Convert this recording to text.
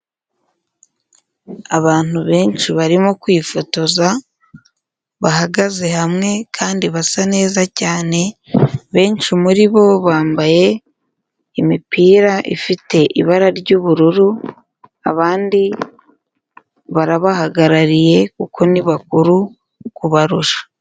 Abantu benshi barimo kwifotoza, bahagaze hamwe kandi basa neza cyane, benshi muri bo bambaye imipira ifite ibara ry'ubururu, abandi barabahagarariye kuko ni bakuru kubarusha.